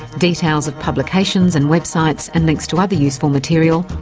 details of publications and websites, and links to other useful material,